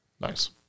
Nice